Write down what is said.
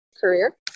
career